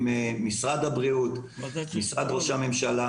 משרד הביטחון,